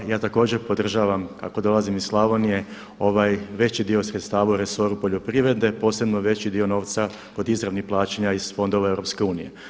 Ja također podržavam kako dolazim iz Slavonije ovaj veći dio sredstava u resoru poljoprivrede, posebno veći dio novca od izravnih plaćanja iz fondova EU.